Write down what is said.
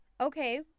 Okay